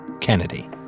Kennedy